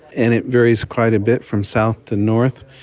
and it varies quite a bit from south to north.